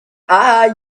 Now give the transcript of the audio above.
you